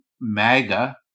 MAGA